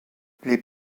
les